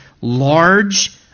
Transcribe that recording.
large